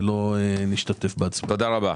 תודה רבה.